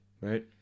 Right